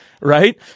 Right